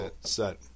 set